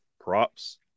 props